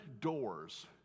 doors